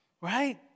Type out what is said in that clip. Right